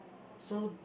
so